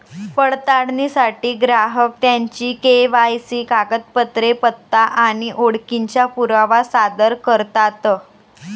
पडताळणीसाठी ग्राहक त्यांची के.वाय.सी कागदपत्रे, पत्ता आणि ओळखीचा पुरावा सादर करतात